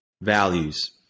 values